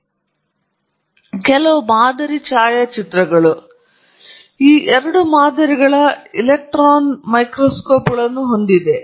ನಂತರ ನಾವು ತಯಾರಿಸಿದ ಮಾದರಿಯ ಕೆಲವು ಛಾಯಾಚಿತ್ರಗಳು ತಯಾರಿಸಲಾದ ಮತ್ತೊಂದು ಮಾದರಿಯ ಛಾಯಾಚಿತ್ರ ಈ ಎರಡು ಮಾದರಿಗಳ ಎಲೆಕ್ಟ್ರಾನ್ ಮೈಕ್ರೋಗ್ರಾಫ್ಗಳನ್ನು ಹೊಂದಿವೆ